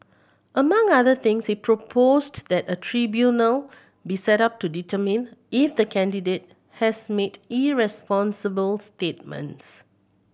among other things he proposed that a tribunal be set up to determine if the candidate has made irresponsible statements